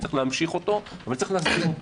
הנושא חשוב וצריך להמשיך אותו וצריך להסדיר אותו.